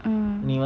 mm